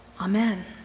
Amen